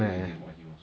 ya